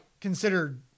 considered